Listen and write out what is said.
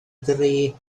dri